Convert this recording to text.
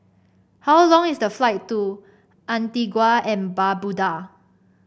how long is the flight to Antigua and Barbuda